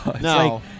No